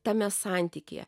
tame santykyje